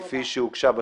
כפי שהוגשה,